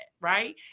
right